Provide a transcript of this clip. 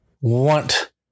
want